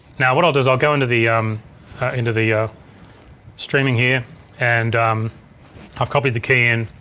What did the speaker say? now what i'll do is i'll go into the into the ah streaming here and i've copied the key in,